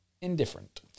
indifferent